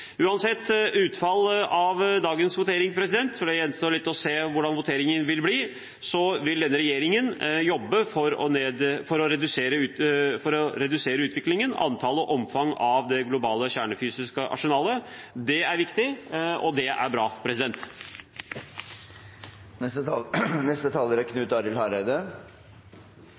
Uansett utfall av dagens votering, for det gjenstår å se hvordan voteringen vil bli, vil denne regjeringen jobbe for å redusere utviklingen, antallet og omfanget av det globale kjernefysiske arsenalet. Det er viktig, og det er bra.